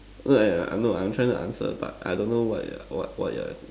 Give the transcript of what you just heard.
no I I I know I'm trying to answer but I don't know what you're what what you're